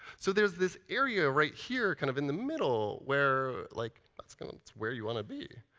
so there's this area right here kind of in the middle where like that's kind of where you want to be.